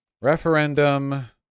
Referendum